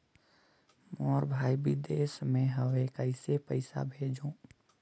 मोर भाई विदेश मे हवे कइसे पईसा भेजो?